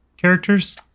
characters